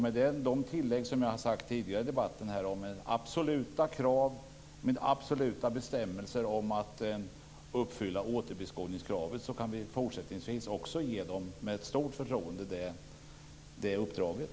Med de tillägg jag gjort tidigare i debatten - absoluta bestämmelser om att återbeskogningskraven skall uppfyllas - kan vi också fortsättningsvis med stort förtroende ge dem det uppdraget.